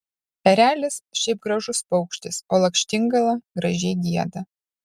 erelis šiaip gražus paukštis o lakštingala gražiai gieda